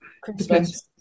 Christmas